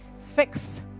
Fix